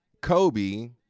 Kobe